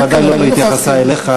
ההערה ודאי לא התייחסה אליך.